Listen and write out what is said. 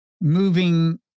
moving